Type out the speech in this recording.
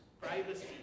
privacy